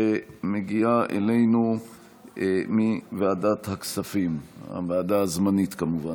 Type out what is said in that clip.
שמגיעה אלינו מוועדת הכספים, הוועדה הזמנית כמובן.